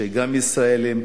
שגם ישראלים,